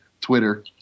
Twitter